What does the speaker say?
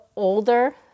older